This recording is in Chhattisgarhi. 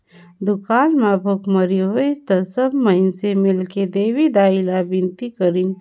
दुकाल म भुखमरी होगिस त सब माइनसे मिलके देवी दाई ला बिनती करिन